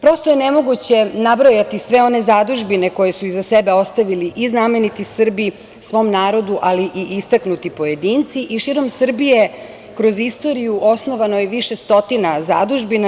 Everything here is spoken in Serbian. Prosto je nemoguće nabrojati sve one zadužbine koje su iza sebe ostavili i znameniti Srbi svom narodu, ali i istaknuti pojedinci i širom Srbije kroz istoriju osnovano je više stotina zadužbina.